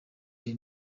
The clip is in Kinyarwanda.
the